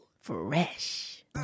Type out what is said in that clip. fresh